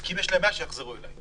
כי אם יש להם בעיה, שיחזרו אליי.